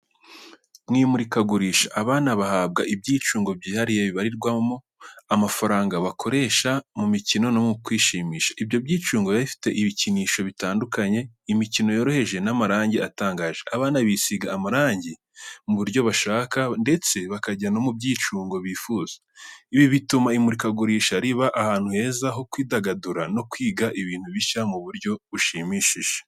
Mu imurikagurisha, abana bahabwa ibyicungo byihariye bibarirwamo amafaranga bakoresha mu mikino no mu kwishimisha. Ibyo byicungo biba bifite ibikinisho bitandukanye, imikino yoroheje n’amarangi atangaje. Abana bisigisha amarangi mu buryo bashaka, ndetse bakajya no ku byicungo bifuza. Ibi bituma imurikagurisha riba ahantu heza ho kwidagadura no kwiga ibintu bishya mu buryo bushimishije.